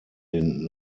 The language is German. den